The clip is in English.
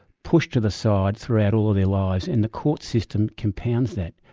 pushed to the side throughout all their lives, and the court system compounds that.